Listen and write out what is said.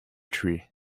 tree